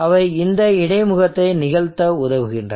அவை இந்த இடைமுகத்தை நிகழ்த்த உதவுகின்றன